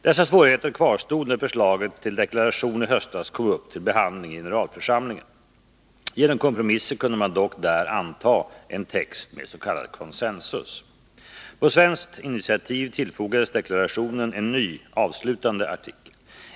Dessa svårigheter kvarstod när förslaget till deklaration i höstas kom upp till behandling i generalförsamlingen. Genom kompromisser kunde man dock där anta en text med consensus. På svenskt initiativ tillfogades deklarationen en ny avslutande artikel.